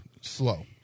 slow